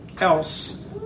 else